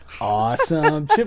Awesome